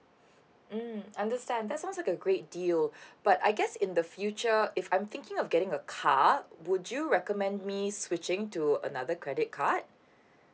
mm understand that sounds like a great deal but I guess in the future if I'm thinking of getting a car would you recommend me switching to another credit card